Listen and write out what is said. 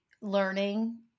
learning